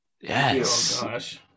Yes